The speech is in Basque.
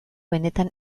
benetan